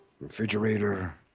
refrigerator